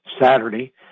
Saturday